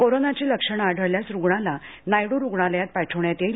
कोरोनाची लक्षणे आढळल्यास रुग्णाला नायड् रुग्णालयात पाठवण्यात येईल